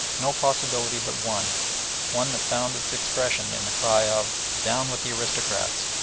no possibility but one one that found its expression in the cry of down with the aristocrats!